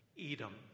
Edom